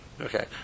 Okay